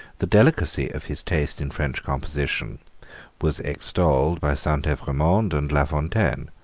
the delicacy of his taste in french composition was extolled by saint evremond and la fontaine.